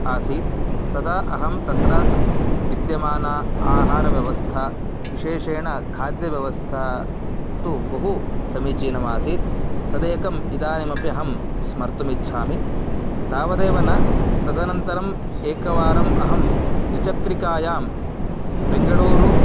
आसीत् तदा अहं तत्र विद्यमाना आहारव्यवस्था विशेषेण खाद्यव्यवस्था तु बहु समीचीना सीत् तदेकम् इदानीमपि अहं स्मर्तुमिच्छामि तावदेव न तदनन्तरम् एकवारम् अहं द्विचक्रिकायां बेङ्गळूरु